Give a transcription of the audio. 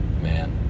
man